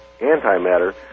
antimatter